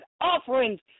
offerings